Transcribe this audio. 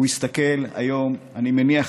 הוא הסתכל היום, אני מניח,